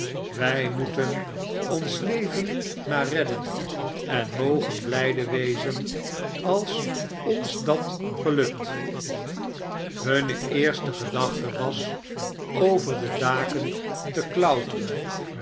wij moeten ons leven maar redden en mogen blijde wezen als ons dat gelukt hunne eerste gedachte was over de daken te klouteren